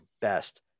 best